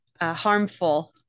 harmful